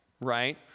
Right